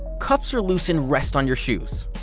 cuffs are loose and rest on your shoes,